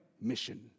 Mission